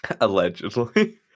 Allegedly